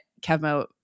Kevmo